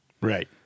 Right